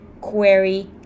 query